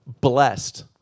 blessed